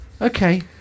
Okay